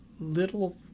little